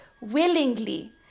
willingly